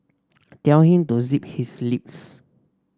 tell him to zip his lips